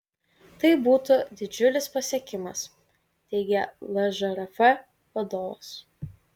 tai būtų didžiulis pasiekimas teigė lžrf vadovas